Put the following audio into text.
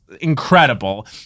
incredible